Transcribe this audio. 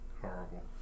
horrible